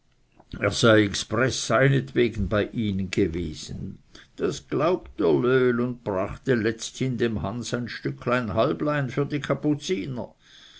expreß seinetwegen bei ihnen gewesen das glaubt der löhl und brachte letzthin dem hans ein schön stück halblein für die kapuziner